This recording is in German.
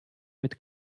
mit